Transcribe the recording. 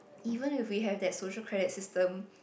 even if we have that social credit system